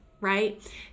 right